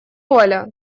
оля